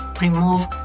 remove